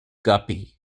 guppy